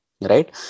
right